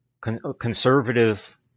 conservative